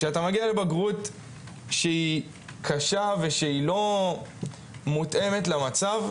כשאתה מגיע לבגרות שהיא קשה ושהיא לא מותאמת למצב,